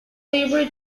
labor